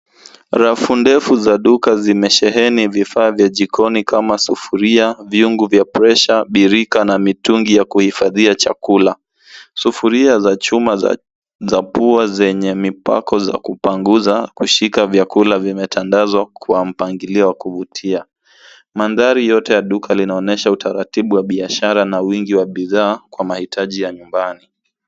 Rafu ndefu za duka zimesheheni vifaa vya jikoni kama sufuria, vyungu vya presha, birika na mitungi ya kuhifadhia chakula. Sufuria za chuma za pua zenye mipako za kupanguza, kushika vyakula vimetandazwa kwa mpangilio wa kuvutia. Mandhari yote ya duka linaonyesha utaratibu wa biashara na wingi wa bidhaa kwa mahitaji ya nyumbani.